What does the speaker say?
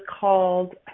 called